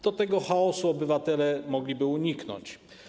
to tego chaosu obywatele mogliby uniknąć.